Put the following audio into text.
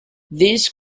these